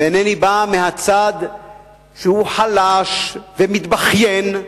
ואינני בא מהצד שהוא חלש ומתבכיין,